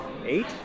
Eight